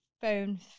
phone